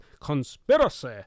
conspiracy